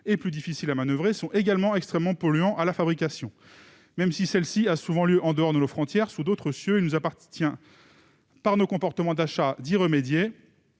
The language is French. et plus difficiles à manoeuvrer, sont également extrêmement polluants à la fabrication. Même si celle-ci a souvent lieu en dehors de nos frontières, sous d'autres cieux, il nous appartient de remédier